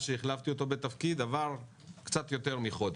שהחלפתי אותו בתפקיד עבר קצת יותר מחודש.